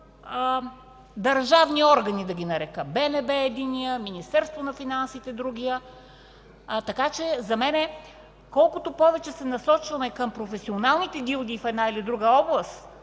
държавни органи, да ги нарека, БНБ е единият, Министерството на финансите – другият. Така че за мен колкото повече се насочваме към професионалните гилдии в една или друга област